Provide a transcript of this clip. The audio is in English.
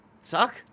suck